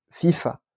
FIFA